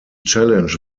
challenge